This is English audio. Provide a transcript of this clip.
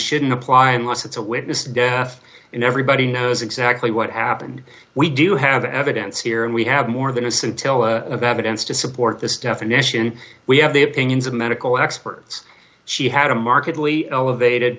shouldn't apply unless it's a witnessed death and everybody knows exactly what happened we do have evidence here and we have more than a scintilla of evidence to support this definition we have the opinions of medical experts she had a markedly elevated